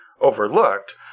overlooked